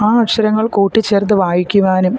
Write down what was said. ആ അക്ഷരങ്ങൾ കൂട്ടി ചേർത്ത് വായിക്കുവാനും